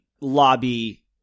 lobby